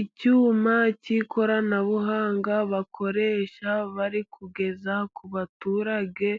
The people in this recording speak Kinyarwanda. Icyuma cy'ikoranabuhanga bakoresha bari kugeza ku baturage